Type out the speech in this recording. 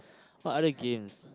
what other games